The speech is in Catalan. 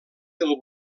del